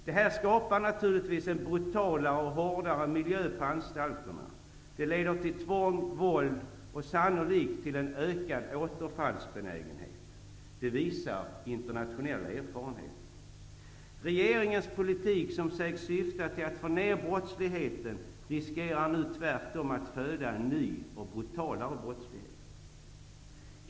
Det här skapar naturligtvis en brutalare och hårdare miljö på anstalterna. Det leder till tvång, våld och sannolikt en ökad återfallsbenägenhet. Det visar internationell erfarenhet. Genom regeringens politik som sägs syfta till att få ned brottsligheten riskerar man nu att en ny och brutalare brottslighet föds.